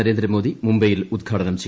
നരേന്ദ്രമോദി മുംബൈയിൽ ഉദ്ദ്ഘാടനം ചെയ്തു